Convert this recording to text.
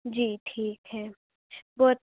جی ٹھیک ہے بہت